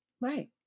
Right